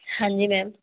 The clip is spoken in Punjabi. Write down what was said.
ਹਾਂਜੀ ਮੈਮ